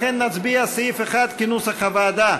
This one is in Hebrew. לכן, נצביע על סעיף 1 כנוסח הוועדה.